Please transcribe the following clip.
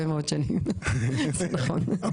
לא, לא,